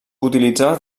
utilitzava